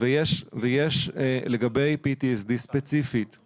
לגבי PTSD ספציפית יש